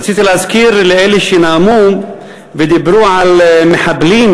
רציתי להזכיר לאלה שנאמו ודיברו על מחבלים